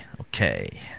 Okay